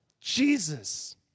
Jesus